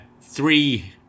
three